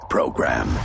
Program